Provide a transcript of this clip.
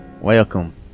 Welcome